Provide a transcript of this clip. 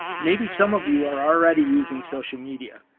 maybe some of you are already using social media.